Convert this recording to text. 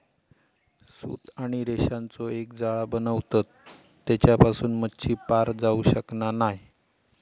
सूत आणि रेशांचो एक जाळा बनवतत तेच्यासून मच्छी पार जाऊ शकना नाय